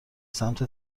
سمت